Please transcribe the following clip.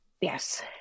Yes